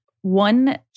one